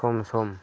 सम सम